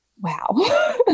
Wow